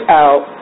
out